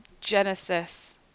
genesis